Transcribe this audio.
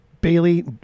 Bailey